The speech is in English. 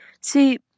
See